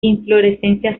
inflorescencia